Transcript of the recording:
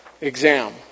exam